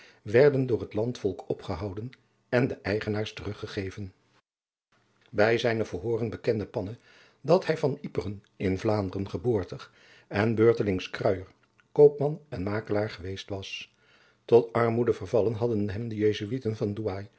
werden door het landvolk opgehouden en den eigenaars teruggegeven bij zijne verhooren bekende panne dat hij van yperen in vlaanderen geboortig en beurtelings kruier koopman en makelaar geweest was tot armoede vervallen hadden hem de